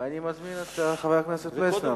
יש לי הצעת פשרה,